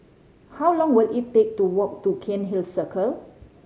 how long will it take to walk to Cairnhill Circle